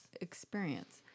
experience